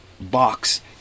box